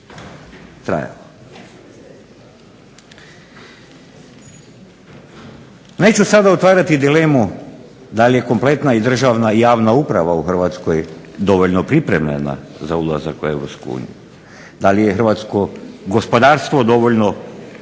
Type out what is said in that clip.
trajalo. Neću sada otvarati dilemu da li je kompletna državna i javna uprava u Hrvatskoj dovoljno pripremljena za ulazak u Europsku uniju, da li je Hrvatsko gospodarstvo dovoljno pripremljeno